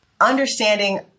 understanding